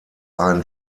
ein